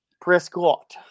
prescott